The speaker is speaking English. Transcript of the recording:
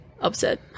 upset